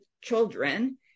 children